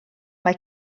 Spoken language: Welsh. mae